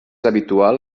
habitual